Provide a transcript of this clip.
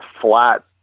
flat